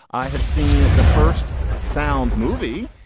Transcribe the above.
i have seen the first sound movie,